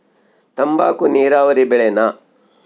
ತಂಬಾಕು ನೇರಾವರಿ ಬೆಳೆನಾ?